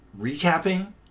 recapping